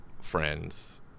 friends